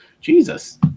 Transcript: Jesus